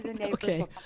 okay